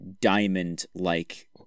diamond-like